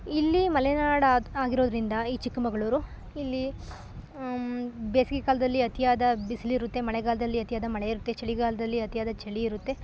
ಇಲ್ಲಿ ಮಲೆನಾಡು ಆಗಿರೋದರಿಂದ ಈ ಚಿಕ್ಕಮಗಳೂರು ಇಲ್ಲಿ ಬೇಸಿಗೆ ಕಾಲದಲ್ಲಿ ಅತಿಯಾದ ಬಿಸ್ಲು ಇರುತ್ತೆ ಮಳೆಗಾಲದಲ್ಲಿ ಅತಿಯಾದ ಮಳೆ ಇರುತ್ತೆ ಚಳಿಗಾಲದಲ್ಲಿ ಅತಿಯಾದ ಚಳಿ ಇರುತ್ತೆ